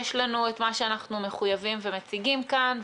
יש לנו את מה שאנחנו מחויבים ומה שמציגים כאן,